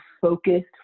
focused